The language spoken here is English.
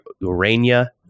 Urania